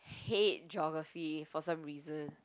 hate geography for some reason